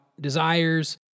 desires